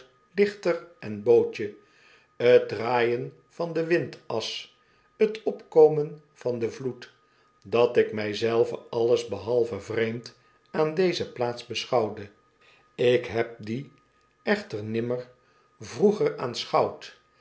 lichter en bootje t draaien van t windas t opkomen van den vloed dat ik mij zelven alles behalve vreemd aan deze plaats beschouwde ik heb die echter nimmer vroeger